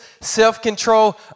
self-control